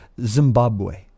Zimbabwe